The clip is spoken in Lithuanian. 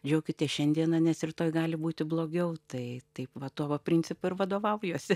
džiaukitės šiandiena nes rytoj gali būti blogiau tai taip va tuo va principu ir vadovaujuosi